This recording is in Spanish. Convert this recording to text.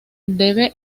debe